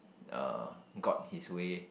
uh got his way